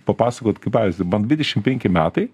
papasakot kaip bazę man dvidešim penki metai